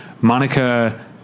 Monica